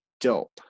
dope